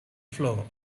floor